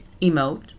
emote